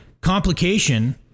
Complication